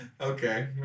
okay